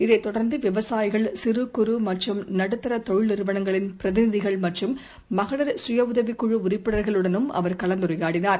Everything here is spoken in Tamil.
இதைத் தொடர்ந்துவிவசாயிகள் சிறு குறு மற்றும் நடுத்தரதொழில் நிறுவனங்களின் பிரதிநிதிகள் மற்றும் மகளிா சுய உதவிக்குழுஉறுப்பினர்களுடனும் அவர் கலந்துரையாடினார்